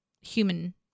human